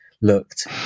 looked